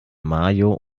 mayo